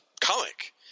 comic